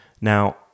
Now